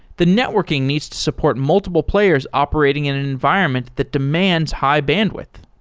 the networking needs to support multiple players operating in an environment that demands high-bandwidth.